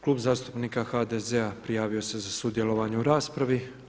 Klub zastupnika HDZ-a prijavio se za sudjelovanje u raspravi.